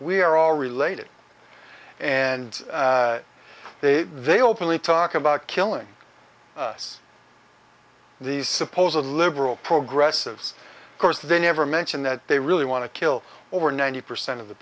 are all related and they they openly talk about killing us these suppose a liberal progressives course they never mention that they really want to kill over ninety percent of the